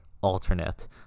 alternate